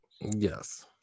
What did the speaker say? Yes